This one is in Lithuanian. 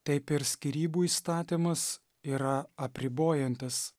taip ir skyrybų įstatymas yra apribojantis